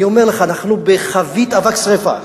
אני אומר לך: אנחנו בחבית אבק שרפה.